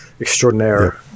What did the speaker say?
extraordinaire